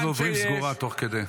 רשימת הדוברים סגורה תוך כדי.